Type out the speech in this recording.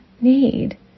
need